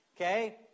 okay